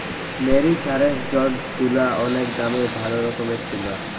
মেরিসারেসজড তুলা অনেক দামের ভালো রকমের তুলা